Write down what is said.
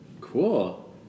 cool